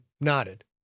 nodded